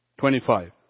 25